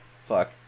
Fuck